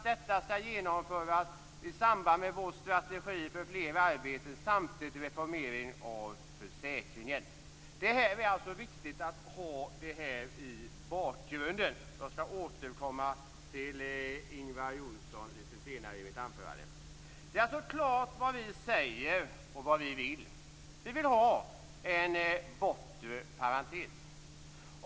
Detta skall då genomföras i samband med vår strategi för fler arbeten samtidigt med reformeringen av försäkringen. Det är alltså viktigt att ha det här i bakgrunden. Jag skall återkomma till Ingvar Johnsson litet senare i mitt anförande. Det är alltså klart vad vi säger och vad vi vill. Vi vill ha en bortre parentes.